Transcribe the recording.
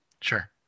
Sure